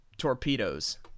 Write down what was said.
torpedoes